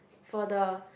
for the